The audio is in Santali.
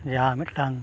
ᱡᱟᱦᱟᱸ ᱢᱤᱫᱴᱟᱱ